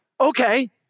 okay